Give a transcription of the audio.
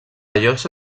llosa